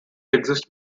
exist